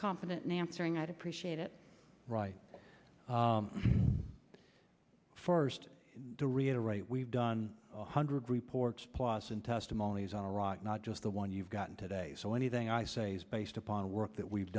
confident in answering i'd appreciate it right first to reiterate we've done one hundred reports plus in testimonies on iraq not just the one you've gotten today so anything i say is based upon the work that we've